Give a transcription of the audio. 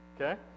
okay